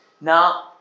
Now